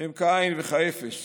הם כאין וכאפס